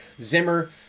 Zimmer